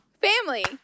Family